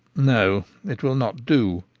no it will not do.